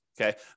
okay